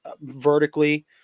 vertically